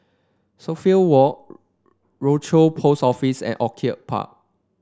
Suffolk Walk Rochor Post Office and Orchid Park